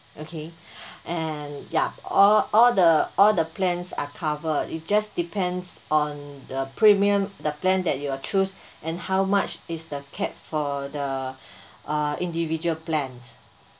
okay and yup all all the all the plans are covered it just depends on the premium the plan that you've chose and how much is the cap for the uh individual plans